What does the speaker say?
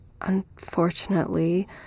Unfortunately